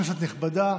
כנסת נכבדה,